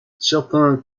certains